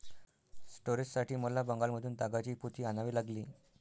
स्टोरेजसाठी मला बंगालमधून तागाची पोती आणावी लागली